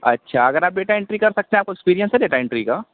اچھا اگر آپ ڈیٹا انٹری کر سکتے ہیں آپ اکسپرئنس ہے ڈیٹا انٹری کا